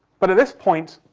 but, at this point,